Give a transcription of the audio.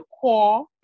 core